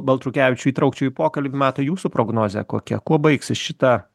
baltrukevičių įtraukčiau į pokalbį matai jūsų prognozė kokia kuo baigsis šita